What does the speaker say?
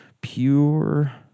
pure